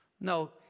No